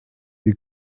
die